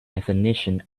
definition